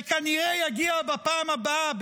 זה כנראה יגיע בפעם הבאה,